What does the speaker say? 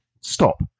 stop